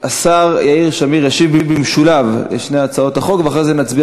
השר יאיר שמיר ישיב במשולב על שתי הצעות החוק,